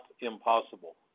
impossible